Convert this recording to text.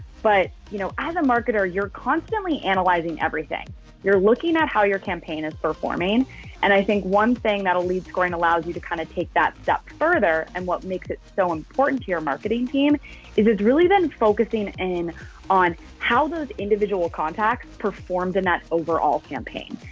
but you know, i have a marketer you're constantly analyzing everything you're looking at how your campaign is performing and i think one thing that'll lead scoring allows you to kind of take that step further and what makes it so important to your marketing team is really then focusing in on how those individual contacts performs in that overall campaign?